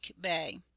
Bay